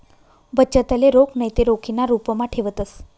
बचतले रोख नैते रोखीना रुपमा ठेवतंस